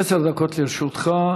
עשר דקות לרשותך.